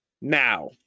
now